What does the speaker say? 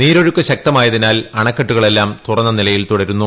നീരൊഴുക്ക് ശക്തമായതിനാൽ അണക്കെട്ടുകളെല്ലാം തുറന്നനിലയിൽ തുടരുന്നു